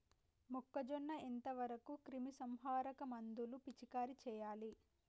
మొక్కజొన్న ఎంత వరకు క్రిమిసంహారక మందులు పిచికారీ చేయాలి?